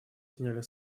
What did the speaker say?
сняли